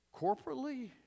corporately